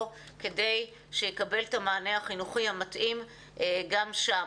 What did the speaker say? כדי שיקבל את המענה החינוכי המתאים גם שם.